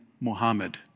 Muhammad